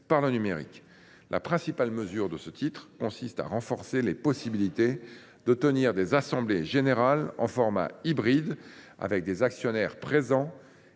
par le numérique. La principale mesure du titre III consiste à renforcer la possibilité de tenir des assemblées générales en format hybride, certains actionnaires étant